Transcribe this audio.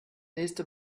nächste